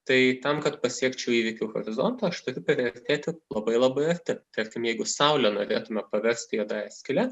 tai tam kad pasiekčiau įvykių horizontą aš turiu priartėti labai labai arti tarkim jeigu saulę norėtume paversti juodąja skyle